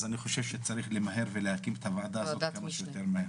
אז אני חושב שצריך למהר ולהקים את הוועדה הזאת יותר מהר.